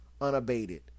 unabated